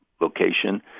location